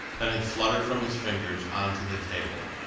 then it fluttered from his fingers on to the table.